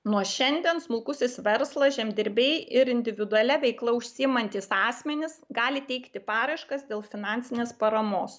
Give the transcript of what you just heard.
nuo šiandien smulkusis verslas žemdirbiai ir individualia veikla užsiimantys asmenys gali teikti paraiškas dėl finansinės paramos